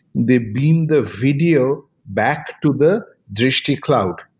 they beam the video back to the drishti cloud,